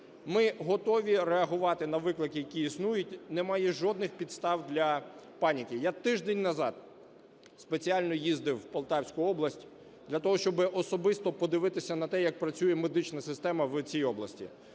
Ми готові реагувати на виклики, які існують, немає жодних підстав для паніки. Я тиждень назад спеціально їздив у Полтавську область для того, щоб особисто подивитися на те, як працює медична система в цій області.